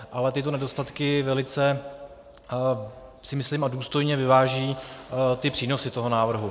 Ale tyto nedostatky velice, si myslím, důstojně vyváží přínosy toho návrhu.